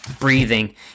breathing